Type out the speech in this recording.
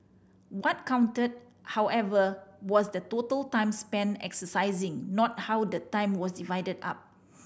what counted however was the total time spent exercising not how the time was divided up